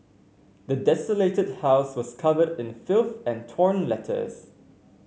the desolated house was covered in filth and torn letters